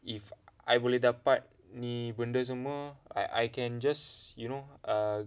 if I boleh dapat ni benda semua I I can just you know err